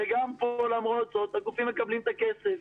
גם פה, למרות זאת, הגופים מקבלים את הכסף.